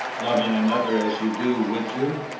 loving another as you do, would you?